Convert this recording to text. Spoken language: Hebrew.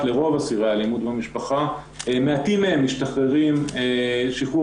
לרוב אסירי האלימות במשפחה מעטים מהם משתחררים לשחרור